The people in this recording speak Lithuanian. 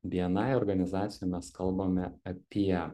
bni organizacijoj mes kalbame apie